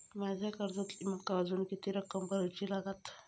माझ्या कर्जातली माका अजून किती रक्कम भरुची लागात?